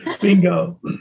Bingo